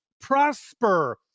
prosper